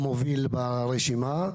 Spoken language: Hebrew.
המוביל ברשימה.